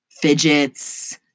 fidgets